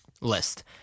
list